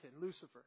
Lucifer